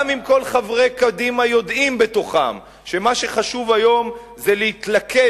גם אם כל חברי קדימה יודעים בתוכם שמה שחשוב היום זה להתלכד